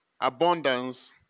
abundance